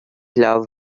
love